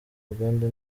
uganda